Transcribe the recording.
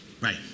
Right